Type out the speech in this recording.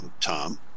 Tom